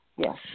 Yes